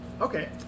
Okay